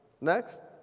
next